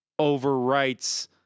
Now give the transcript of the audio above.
overwrites